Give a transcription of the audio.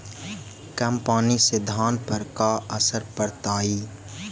कम पनी से धान पर का असर पड़तायी?